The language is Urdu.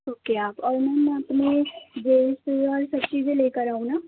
اوکے آپ اور میم میں اپنے دوست یار سب چیزیں لے کر آؤں نہ